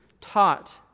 taught